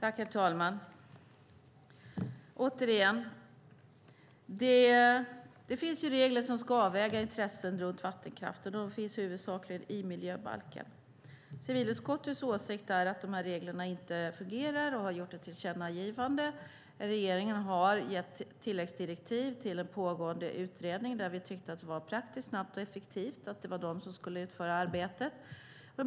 Herr talman! Återigen: Det finns regler som ska avväga intressen runt vattenkraften, och de finns huvudsakligen i miljöbalken. Civilutskottets åsikt är att dessa regler inte fingerar och har gjort ett tillkännagivande. Regeringen har gett tilläggsdirektiv till en pågående utredning eftersom det var praktiskt, snabbt och effektivt att den utförde arbetet.